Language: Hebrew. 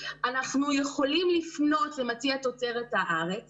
אנחנו יכולים לפנות למציע תוצרת הארץ